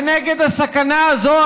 ונגד הסכנה הזו,